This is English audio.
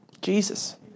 Jesus